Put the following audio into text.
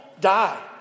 die